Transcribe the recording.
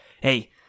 Hey